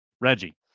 Reggie